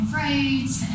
right